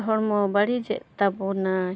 ᱦᱚᱲᱢᱚ ᱵᱟᱹᱲᱤᱡᱮᱫ ᱛᱟᱵᱚᱱᱟᱭ